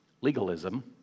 legalism